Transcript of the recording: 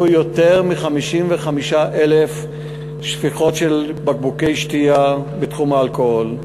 יותר מ-55,000 שפיכות של בקבוקי שתייה בתחום האלכוהול.